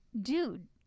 dude